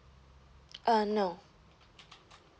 uh no